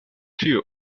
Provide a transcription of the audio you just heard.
ĉiu